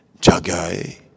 Jagai